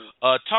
talk